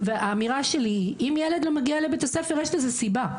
והאמירה שלי היא אם ילד לא מגיע לבית הספר יש לזה סיבה.